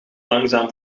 langzaam